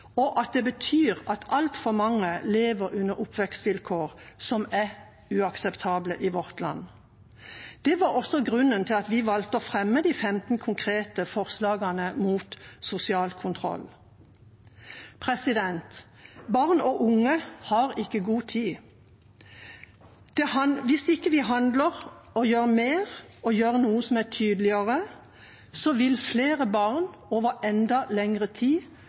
at vi er langt unna, og det betyr at altfor mange lever under oppvekstvilkår som er uakseptable i vårt land. Det var også grunnen til at vi valgte å fremme de 15 konkrete forslagene mot sosial kontroll. Barn og unge har ikke god tid. Hvis vi ikke handler og gjør mer, og gjør noe som er tydeligere, vil flere barn over enda lengre tid